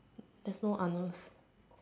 there's no others